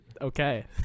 okay